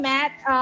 Matt